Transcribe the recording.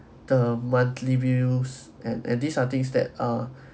the monthly bills and and these are things that uh